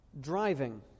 driving